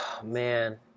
Man